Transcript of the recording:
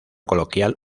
coloquial